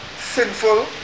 sinful